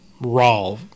raw